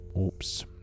oops